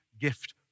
gift